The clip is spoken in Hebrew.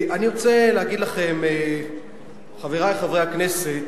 אני רוצה להגיד לכם, חברי חברי הכנסת,